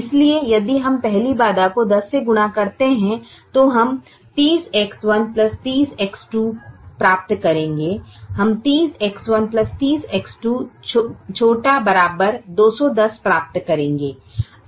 इसलिए यदि हम पहली बाधा को 10 से गुणा करते हैं तो हम 30X1 30X2 प्राप्त करेंगे हम 30X1 30X2≤ 210 प्राप्त करेंगे